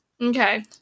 okay